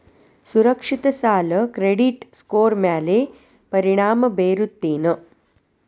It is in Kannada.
ಸುರಕ್ಷಿತ ಸಾಲ ಕ್ರೆಡಿಟ್ ಸ್ಕೋರ್ ಮ್ಯಾಲೆ ಪರಿಣಾಮ ಬೇರುತ್ತೇನ್